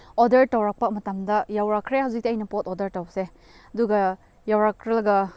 order ꯇꯧꯔꯛꯄ ꯃꯇꯝꯗ ꯌꯧꯔꯛꯈ꯭ꯔꯦ ꯍꯧꯖꯤꯛꯇꯤ ꯑꯩꯅ ꯄꯣꯠ ꯑꯣꯗꯔ ꯇꯧꯕꯁꯦ ꯑꯗꯨꯒ ꯌꯧꯔꯛꯂꯒ